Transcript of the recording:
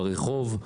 ברחוב,